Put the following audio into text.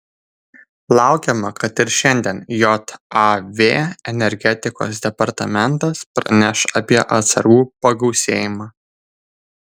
laukiama kad ir šiandien jav energetikos departamentas praneš apie atsargų pagausėjimą